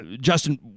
justin